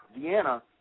Vienna